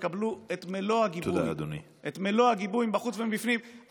תקבלו את מלוא הגיבוי מבחוץ ומבפנים.